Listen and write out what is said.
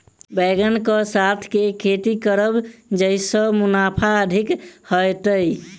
बैंगन कऽ साथ केँ खेती करब जयसँ मुनाफा अधिक हेतइ?